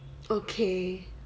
okay